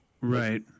Right